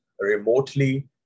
remotely